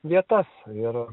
vietas ir